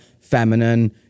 feminine